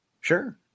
Sure